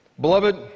Beloved